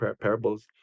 parables